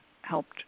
helped